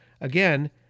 again